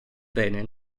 bene